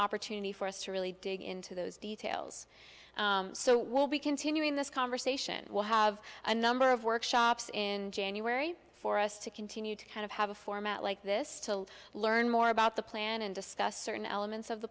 opportunity for us to really dig into those details so we'll be continuing this conversation we'll have a number of workshops in january for us to continue to kind of have a format like this to learn more about the plan and discuss certain elements of the